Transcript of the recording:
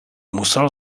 musel